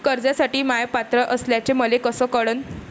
कर्जसाठी म्या पात्र असल्याचे मले कस कळन?